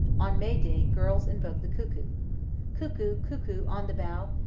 on may day girls invoke the cuckoo cuckoo! cuckoo! on the bough,